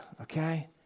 okay